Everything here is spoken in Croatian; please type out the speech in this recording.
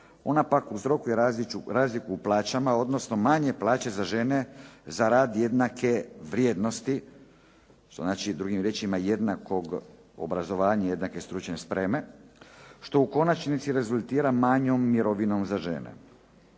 Ona pak uzrokuje razliku u plaćama odnosno manje plaće za žene za rad jednake vrijednosti, što znači drugim riječima jednakog obrazovanja jednake stručne spreme što u konačnici rezultira manjom mirovinom za žene.